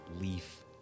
Leaf